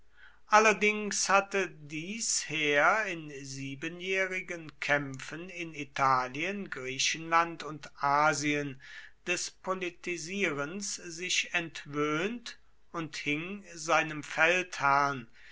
allerdings hatte dies heer in siebenjährigen kämpfen in italien griechenland und asien des politisierens sich entwöhnt und hing seinem feldherrn